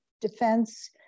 defense